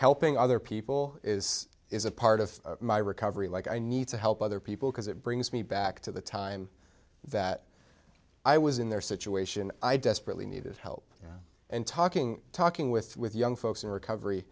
helping other people is is a part of my recovery like i need to help other people because it brings me back to the time that i was in their situation i desperately needed help and talking talking with with young folks in recovery